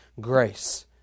grace